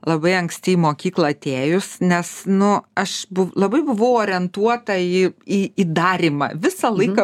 labai anksti į mokyklą atėjus nes nu aš labai buvau orientuota į į į darymą visą laiką